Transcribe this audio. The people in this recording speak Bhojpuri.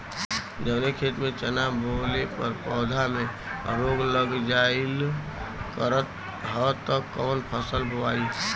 जवने खेत में चना बोअले पर पौधा में रोग लग जाईल करत ह त कवन फसल बोआई?